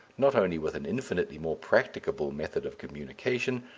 not only with an infinitely more practicable method of communication,